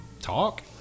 talk